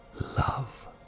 love